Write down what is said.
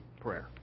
prayer